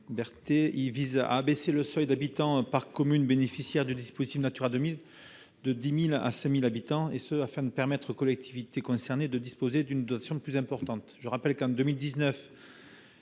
Il s'agit d'abaisser le seuil de population applicable aux communes bénéficiaires du dispositif Natura 2000 de 10 000 à 5 000 habitants, et ce afin de permettre aux collectivités concernées de disposer d'une dotation plus importante. Je rappelle que, en 2019,